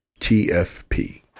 TFP